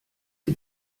die